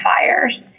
fires